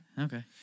Okay